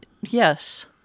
Yes